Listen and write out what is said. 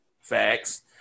Facts